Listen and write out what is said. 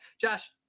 josh